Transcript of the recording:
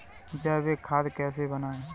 जैविक खाद कैसे बनाएँ?